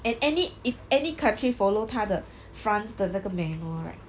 and any if any country follow 它的 france 的那个 manual right